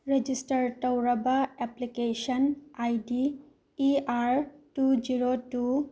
register ꯇꯧꯔꯕ application I D E R two zero two